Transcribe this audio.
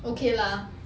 okay lah